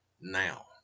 now